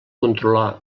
controlar